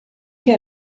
che